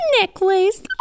necklace